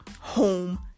home